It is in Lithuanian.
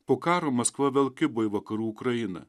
po karo maskva vėl kibo į vakarų ukrainą